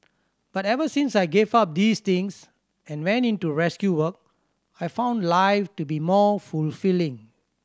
but ever since I gave up these things and went into rescue work I've found life to be more fulfilling